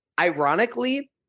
ironically